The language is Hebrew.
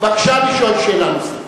בבקשה לשאול שאלה נוספת.